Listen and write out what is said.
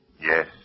Yes